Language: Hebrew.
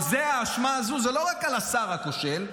האשמה הזאת היא לא רק על השר הכושל,